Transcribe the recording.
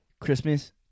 Christmas